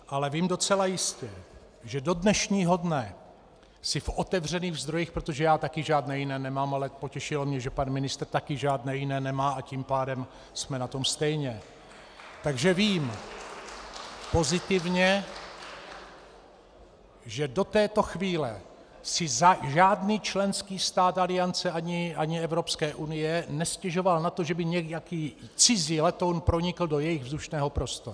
Ale vím docela jistě, že do dnešního dne si v otevřených zdrojích protože já taky žádné jiné nemám, ale potěšilo mě, že pan ministr taky žádné jiné nemá, a tím pádem jsme na tom stejně takže vím pozitivně, že do této chvíle si žádný členský stát Aliance ani Evropské unie nestěžoval na to, že by nějaký cizí letoun pronikl do jeho vzdušného prostoru.